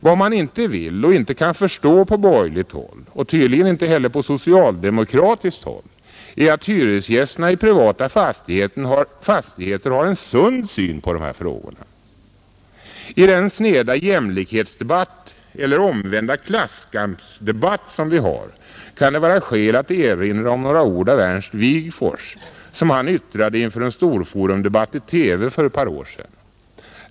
Vad man inte vill och inte kan förstå på borgerligt håll och tydligen inte på socialdemokratiskt håll är att hyresgästerna i privata fastigheter har en sund syn på dessa frågor. I den sneda jämlikhetsdebatt eller omvända klasskampsdebatt som vi har kan det vara skäl att erinra om några ord av Ernst Wigforss, som han yttrade inför en Storforumdebatt i TV för ett par år sedan.